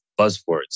buzzwords